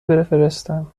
بفرستم